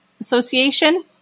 association